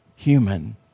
Human